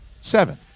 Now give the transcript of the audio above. seven